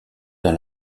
dans